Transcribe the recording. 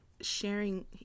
sharing